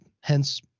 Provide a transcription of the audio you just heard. hence